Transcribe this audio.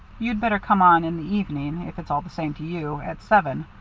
you'd better come on in the evening, if it's all the same to you at seven.